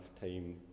time